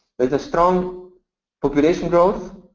there's a strong population growth.